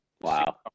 Wow